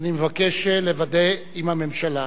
אני מבקש לוודא עם הממשלה